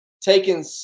taking